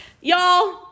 y'all